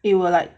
it will like